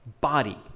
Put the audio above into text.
body